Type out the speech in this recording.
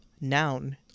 Noun